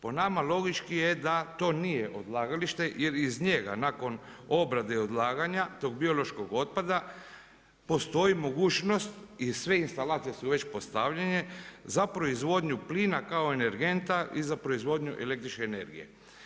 Po nama logički je da to nije odlagalište, jer iz njega nakon obrade i odlaganja, tog biološkog otpada postoji mogućnost i sve instalacije su već postavljenje za proizvodnju plina kao energenta i za proizvodnju električne energije.